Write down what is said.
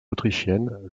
autrichienne